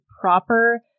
proper